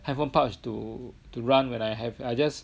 handphone pouch to to run when I have I just